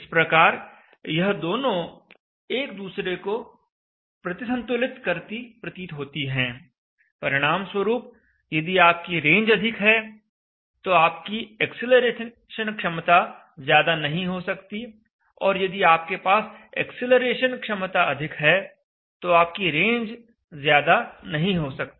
इस प्रकार यह दोनों एक दूसरे को प्रतिसंतुलित करती प्रतीत होती हैं परिणामस्वरूप यदि आपकी रेंज अधिक है तो आपकी एक्सीलरेशन क्षमता ज्यादा नहीं हो सकती और यदि आपके पास एक्सीलरेशन क्षमता अधिक है तो आपकी रेंज ज्यादा नहीं हो सकती